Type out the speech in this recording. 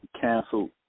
canceled